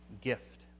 gift